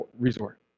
resort